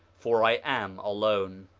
for i am alone.